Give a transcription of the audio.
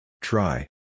Try